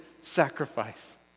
sacrifice